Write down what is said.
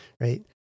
right